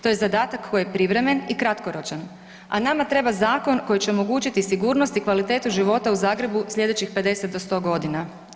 To je zadatak koji je privremen i kratkoročan, a nama treba zakon koji će omogućiti sigurnost i kvalitetu života u Zagrebu sljedećih 50 do 100 godina.